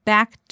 Back